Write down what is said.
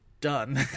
done